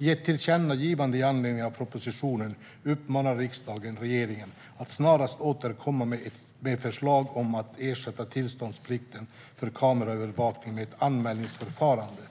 I ett tillkännagivande med anledning av propositionen uppmanar riksdagen regeringen att snarast återkomma med förslag om att ersätta tillståndsplikten för kameraövervakning med ett anmälningsförfarande.